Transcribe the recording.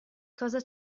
cosa